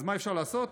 אז מה אפשר לעשות?